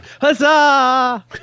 Huzzah